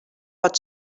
pot